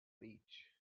beach